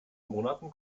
monaten